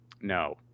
No